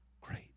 Great